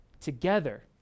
together